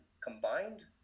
combined